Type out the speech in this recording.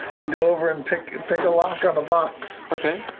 i'll go over and pick and pick a lock on the box. okay.